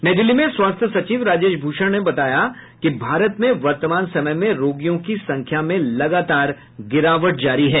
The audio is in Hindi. नई दिल्ली में स्वास्थ्य सचिव राजेश भूषण ने बताया कि भारत में वर्तमान समय में रोगियों की संख्या में लगातार गिरावट जारी है